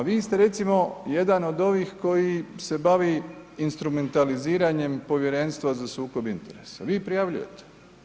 A vi ste recimo jedan od ovih koji se bavi instrumentaliziranjem Povjerenstva za sukob interesa, vi prijavljujete.